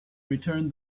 returned